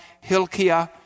Hilkiah